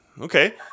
Okay